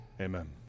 Amen